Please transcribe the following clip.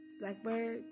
Blackbird